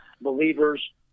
believers